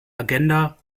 agenda